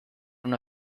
una